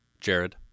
Jared